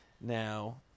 Now